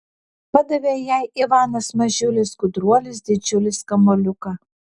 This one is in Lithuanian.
padavė jai ivanas mažiulis gudruolis didžiulis kamuoliuką